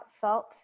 felt